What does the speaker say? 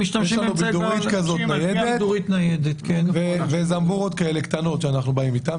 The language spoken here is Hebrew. יש לנו בידורית ניידת וזמבורות קטנות שאנחנו באים איתן.